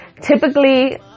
Typically